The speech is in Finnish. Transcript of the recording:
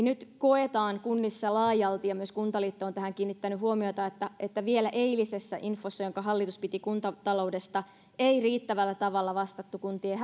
nyt koetaan kunnissa laajalti myös kuntaliitto on tähän kiinnittänyt huomiota että että vielä eilisessä infossa jonka hallitus piti kuntataloudesta ei riittävällä tavalla vastattu kuntien